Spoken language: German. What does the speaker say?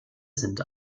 sind